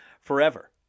forever